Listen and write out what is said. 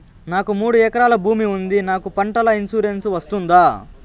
నాకు మూడు ఎకరాలు భూమి ఉంది నాకు పంటల ఇన్సూరెన్సు వస్తుందా?